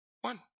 one